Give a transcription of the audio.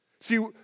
See